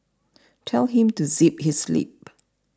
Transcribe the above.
tell him to zip his lip